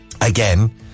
again